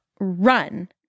Run